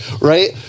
right